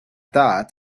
that